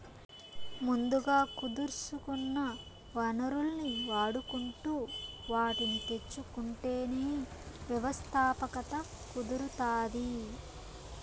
ముందుగా కుదుర్సుకున్న వనరుల్ని వాడుకుంటు వాటిని తెచ్చుకుంటేనే వ్యవస్థాపకత కుదురుతాది